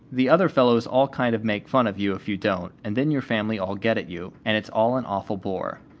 the other fellows all kind of make fun of you if you don't, and then your family all get at you, and it's all an awful bore.